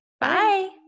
Bye